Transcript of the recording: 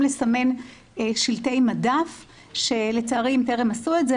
לסמן שלטי מדף שלצערי הם טרם עשו את זה,